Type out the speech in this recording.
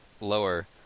lower